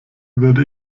würde